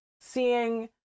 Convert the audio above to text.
seeing